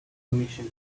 permission